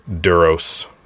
Duros